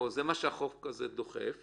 או זה מה שהחוק הזה דוחף אליו.